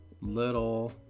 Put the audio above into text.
Little